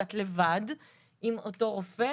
את לבד עם אותו רופא